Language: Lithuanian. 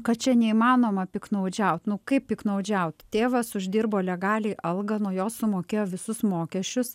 kad čia neįmanoma piktnaudžiaut nu kaip piktnaudžiaut tėvas uždirbo legaliai algą nuo jos sumokėjo visus mokesčius